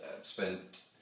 spent